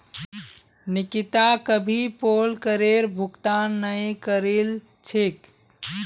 निकिता कभी पोल करेर भुगतान नइ करील छेक